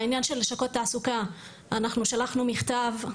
בעניין לשכות התעסוקה, אנחנו שלחנו מכתב,